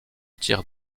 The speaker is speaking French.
tir